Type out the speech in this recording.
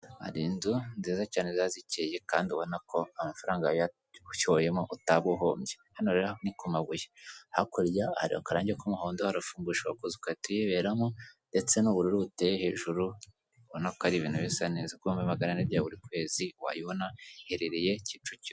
Hari inzu nziza cyane zaba zikeye kandi ubona ko amafaranga yawe uyashoyemo utaba uhombye, hano rero ni ku mabuye, hakurya hari akarangi k'umuhondo harafunguye ushobora kuza ugahita uyiberamo, ndetse n'ubururu buteye hejuru ubonana ko ari ibintu bisa neza, ku bihimbi magana ane bya buri kwezi wayibona, iherereye kicukiro.